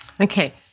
Okay